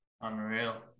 Unreal